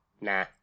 Nah